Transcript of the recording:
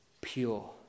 pure